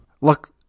Look